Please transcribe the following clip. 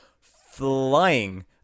flying